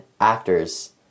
actors